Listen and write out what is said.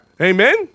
amen